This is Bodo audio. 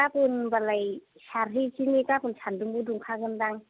गाबोन बालाय सारहैदिनि गाबोन सान्दुंबो दुंखागोन दां